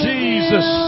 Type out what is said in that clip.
Jesus